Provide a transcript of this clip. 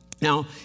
Now